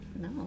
No